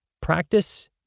practice